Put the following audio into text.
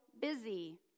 busy